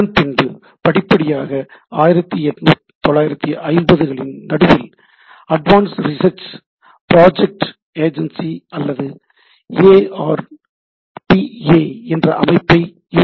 அதன்பின்பு படிப்படியாக 1950 களின் நடுவில் அட்வான்ஸ்ட் ரிசர்ச் பிராஜக்ட் ஏஜன்ஸி அல்லது ஏ ஆர் பி ஏ என்ற அமைப்பை யு